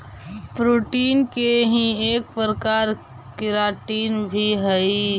protein के ही एक प्रकार केराटिन भी हई